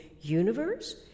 universe